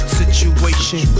situation